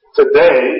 today